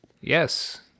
Yes